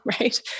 right